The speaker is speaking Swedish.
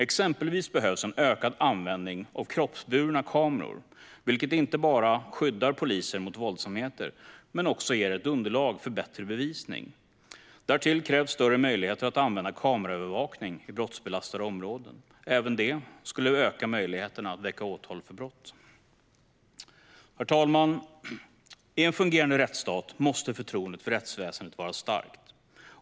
Exempelvis behövs en ökad användning av kroppsburna kameror, vilket inte bara skyddar poliser mot våldsamheter utan också ger underlag för bättre bevisning. Därtill krävs större möjligheter att använda kameraövervakning i brottsbelastade områden. Även detta skulle öka möjligheterna att väcka åtal för brott. Herr talman! I en fungerande rättsstat måste förtroendet för rättsväsendet vara starkt.